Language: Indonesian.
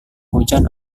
hujan